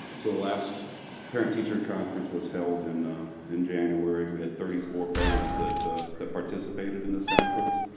so last parent teacher conference was held and in january. we had thirty four parents that that participated in this conference.